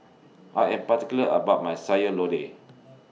I Am particular about My Sayur Lodeh